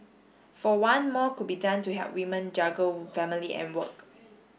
for one more could be done to help women juggle family and work